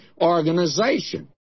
organization